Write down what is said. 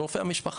לרופא המשפחה.